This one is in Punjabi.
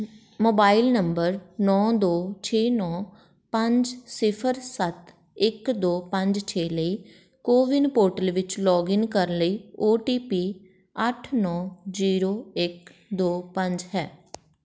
ਮੋਬਾਈਲ ਨੰਬਰ ਨੌ ਦੋ ਛੇ ਨੌ ਪੰਜ ਸਿਫਰ ਸੱਤ ਇੱਕ ਦੋ ਪੰਜ ਛੇ ਲਈ ਕੋਵਿਨ ਪੋਰਟਲ ਵਿੱਚ ਲੌਗਇਨ ਕਰਨ ਲਈ ਓ ਟੀ ਪੀ ਅੱਠ ਨੌ ਜੀਰੋ ਇੱਕ ਦੋ ਪੰਜ ਹੈ